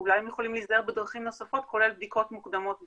אולי הם יכולים להיזהר בדרכים נוספות כולל בדיקות מוקדמות בהיריון,